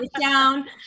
down